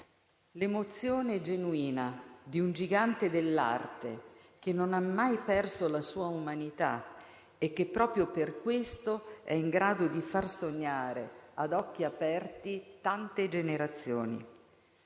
l'emozione genuina di un gigante dell'arte che non ha mai perso la sua umanità e che proprio per questo è in grado di far sognare ad occhi aperti tante generazioni.